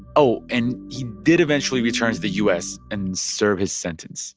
oh, and he did eventually return to the u s. and serve his sentence